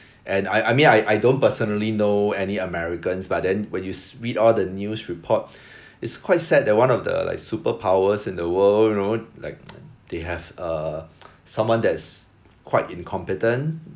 and I I mean I I don't personally know any americans but then when you se~ read all the news report it's quite sad that one of the like super powers in the world you know like they have uh someone that's quite incompetent